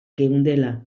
geundela